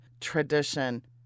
tradition